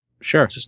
Sure